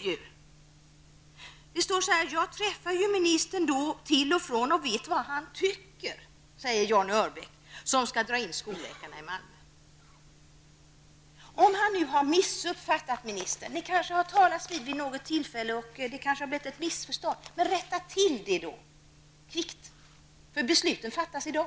''Jag har träffat ministern till och från och vet vad han tycker'', skriver Johnny Örby, som skall dra in skolläkarna i Malmö. Kanske har han missuppfattat ministern. Ni har kanske talats vid vid något tillfälle och det har blivit ett missförstånd. Men rätta till det kvickt, för beslutet fattas i dag.